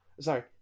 sorry